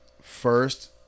first